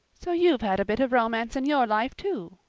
so you've had a bit of romance in your life, too,